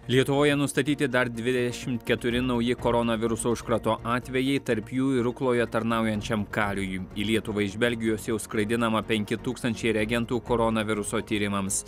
lietuvoje nustatyti dar dvidešimt keturi nauji koronaviruso užkrato atvejai tarp jų ir rukloje tarnaujančiam kariui į lietuvą iš belgijos jau skraidinama penki tūkstančiai reagentų koronaviruso tyrimams